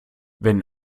wenn